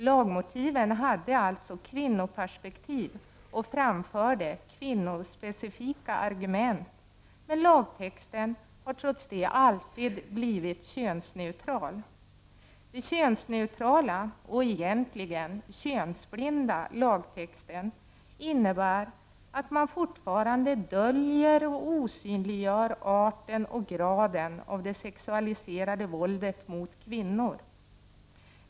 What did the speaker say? Lagmotiven hade alltså kvinnoperspektiv och framförde kvinnospecifika argument, men lagtexten har trots det alltid blivit könsneutral. Den könsneutrala och egentligen könsblinda lagtexten innebär att man fortfarande döljer och osynliggör arten och graden av det sexualiserade våldet mot kvinnor.